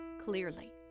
clearly